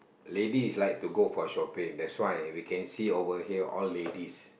ladies like to go for shopping that's why we can see over here all ladies